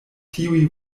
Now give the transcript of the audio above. tiuj